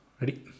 ready